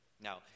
Now